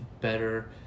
better